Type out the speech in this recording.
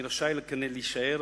מי רשאי להישאר,